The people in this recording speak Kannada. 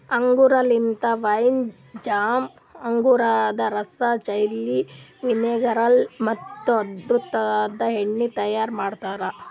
ಅಂಗೂರ್ ಲಿಂತ ವೈನ್, ಜಾಮ್, ಅಂಗೂರದ ರಸ, ಜೆಲ್ಲಿ, ವಿನೆಗರ್ ಮತ್ತ ಅದುರ್ದು ಎಣ್ಣಿ ತೈಯಾರ್ ಮಾಡ್ತಾರ